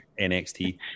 NXT